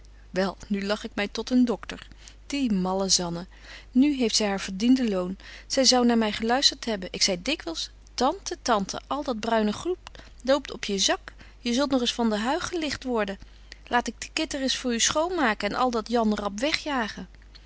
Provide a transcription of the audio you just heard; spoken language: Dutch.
wel nu lach ik my tot een doctor die malle zanne nu zy heeft maar verdiende loon zy zou naar my geluistert hebben ik zei dikwyls tante tante al dat bruine goed loopt op je zak je zult nog eens van den huig geligt worden laat ik de kit ereis voor u schoonmaken en al dat jan rap wegjagen